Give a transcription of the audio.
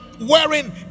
wearing